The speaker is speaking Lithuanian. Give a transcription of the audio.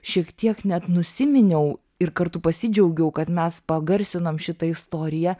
šiek tiek net nusiminiau ir kartu pasidžiaugiau kad mes pagarsinom šitą istoriją